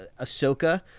Ahsoka